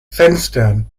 fenster